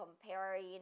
comparing